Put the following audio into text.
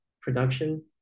production